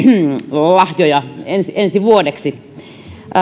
lahjoja ensi ensi vuodeksi